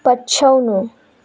पछ्याउनु